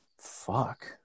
Fuck